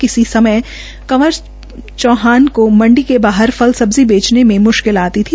किसी समय कंवर चौहान को मंडी के बाहर फल सब्जी बेचने में मृश्किल आती थी